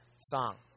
song